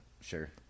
Sure